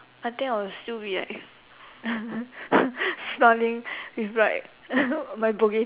but think I will still be like smiling with like my bo geh